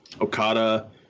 Okada